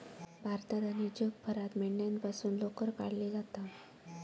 भारतात आणि जगभरात मेंढ्यांपासून लोकर काढली जाता